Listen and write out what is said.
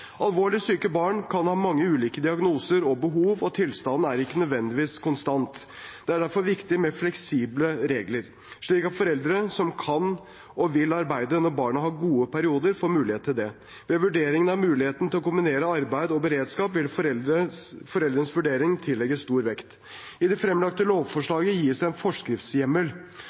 Alvorlig syke barn kan ha mange ulike diagnoser og behov, og tilstanden er ikke nødvendigvis konstant. Det er derfor viktig med fleksible regler, slik at foreldre som kan og vil arbeide når barnet har gode perioder, får mulighet til det. Ved vurderingen av muligheten til å kombinere arbeid og beredskap vil foreldrenes vurdering tillegges stor vekt. I det fremlagte lovforslaget gis en forskriftshjemmel.